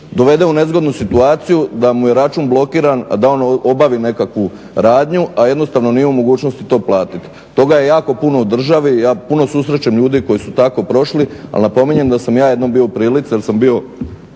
dovede u nezgodnu situaciju da mu je račun blokiran a da on obavi nekakvu radnju a jednostavno nije u mogućnosti to platiti. Toga je jako puno u državi, ja puno susrećem ljudi koji su tako prošli a napominjem da sam ja jednom bio u prilici jer sam bio